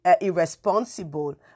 irresponsible